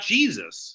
Jesus